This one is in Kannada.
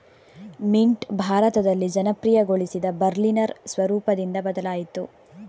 ಮಿಂಟ್ ಭಾರತದಲ್ಲಿ ಜನಪ್ರಿಯಗೊಳಿಸಿದ ಬರ್ಲಿನರ್ ಸ್ವರೂಪದಿಂದ ಬದಲಾಯಿತು